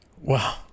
Wow